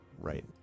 Right